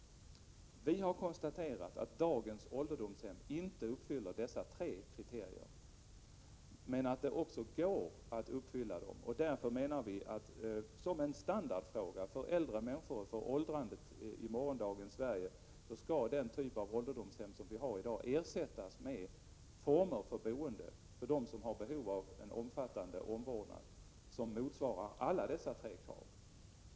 Vi har konstaterat att dagens ålderdomshem inte uppfyller dessa tre kriterier men att det går att uppfylla dem. Vi menar därför, att när det gäller standarden för äldre människor och åldrandet i morgondagens Sverige, skall den typ av ålderdomshem som vi har i dag ersättas med en omvårdnad som motsvarar alla dessa tre krav, dvs. i de fall det rör sig om personer som har behov av en omfattande omvård.